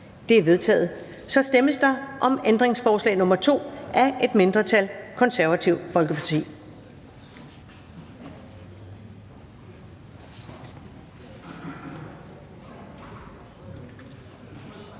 Det er vedtaget. Så stemmes der om ændringsforslag nr. 2 af et mindretal (KF), og der